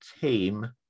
team